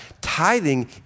Tithing